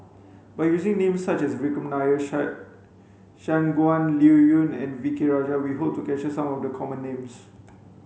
by using name such as Vikram Nair Shangguan Liuyun and V K Rajah we hope to capture some of the common names